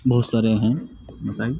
بہت سارے ہیں مسائل